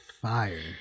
Fire